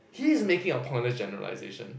he's making a pointless generalization